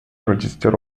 register